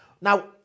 Now